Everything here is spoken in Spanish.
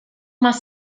más